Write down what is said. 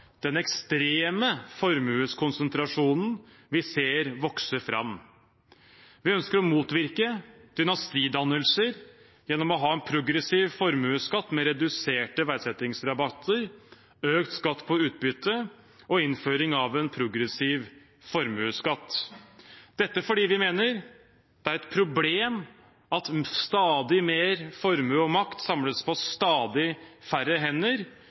den ekstreme formuekonsentrasjonen vi ser vokse fram. Vi ønsker å motvirke dynastidannelser gjennom å ha en progressiv formuesskatt med reduserte verdsettingsrabatter, økt skatt på utbytte og innføring av en progressiv formuesskatt. Det er fordi vi mener det er et problem at stadig mer formue og makt samles på stadig færre hender.